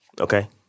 okay